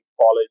college